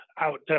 Out